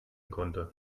konnte